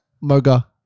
Moga